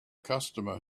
customer